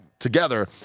Together